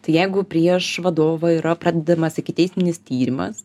tai jeigu prieš vadovą yra pradedamas ikiteisminis tyrimas